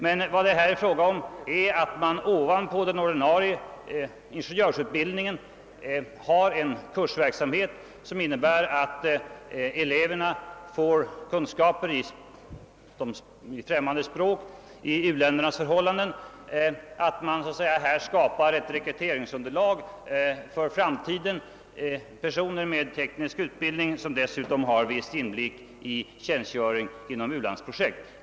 Det är i stället fråga om att ovanpå den ordinarie ingenjörsutbildningen lägga en kursverksamhet som innebär att eleverna får kunskaper i främmande språk och om u-ländernas förhållanden. Man skapar så att säga ett rekryteringsunderlag för framtiden — personer med teknisk utbildning som dessutom har viss inblick i tjänstgöring inom u-landsprojekt.